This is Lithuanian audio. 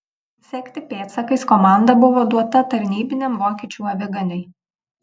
sekti pėdsakais komanda buvo duota tarnybiniam vokiečių aviganiui